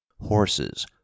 horses